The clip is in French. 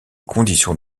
conditions